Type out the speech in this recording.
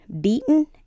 beaten